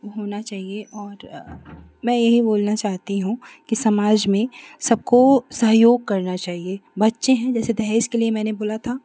होना चाहिए और मैं यही बोलना चाहती हूँ कि समाज में सबको सहयोग करना चाहिए बच्चे हैं जैसे दहेज के लिए मैंने बोला था